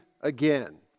again